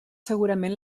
segurament